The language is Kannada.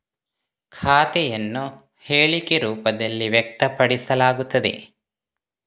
ಖಾತೆಯನ್ನು ಹೇಳಿಕೆ ರೂಪದಲ್ಲಿ ವ್ಯಕ್ತಪಡಿಸಲಾಗುತ್ತದೆ